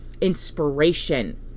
inspiration